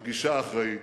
הגישה האחראית.